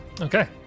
Okay